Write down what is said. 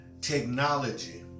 technology